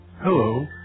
Hello